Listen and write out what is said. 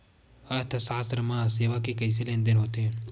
अर्थशास्त्र मा सेवा के कइसे लेनदेन होथे?